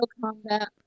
combat